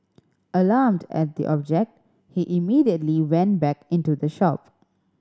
alarmed at the object he immediately went back into the shop